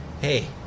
hey